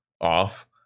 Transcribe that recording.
off